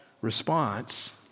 response